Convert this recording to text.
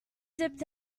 dipped